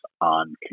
on